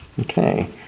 Okay